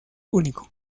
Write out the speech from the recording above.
único